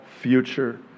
future